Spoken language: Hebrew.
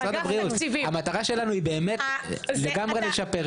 המטרה שלנו היא באמת לגמרי לשפר.